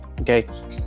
Okay